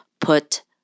put